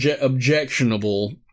objectionable